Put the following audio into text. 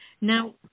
Now